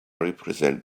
represent